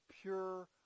pure